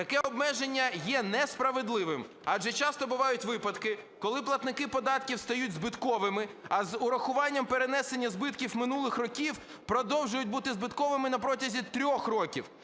Таке обмеження є несправедливим, адже часто бувають випадки, коли платники податків стають збитковими, а з урахуванням перенесення збитків минулих років продовжують бути збитковими на протязі 3 років.